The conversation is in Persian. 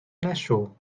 نشو